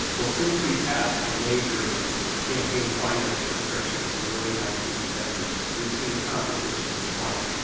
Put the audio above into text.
well, since we passed the major campaign finance restrictions in the early nineteen seventy s, we've seen competition decline